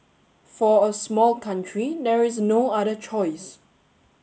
for a small country there is no other choice